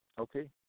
Okay